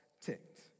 ticked